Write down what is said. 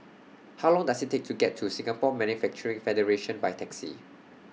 How Long Does IT Take to get to Singapore Manufacturing Federation By Taxi